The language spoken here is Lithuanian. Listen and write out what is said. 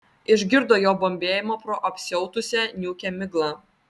išgirdo jo bambėjimą pro apsiautusią niūkią miglą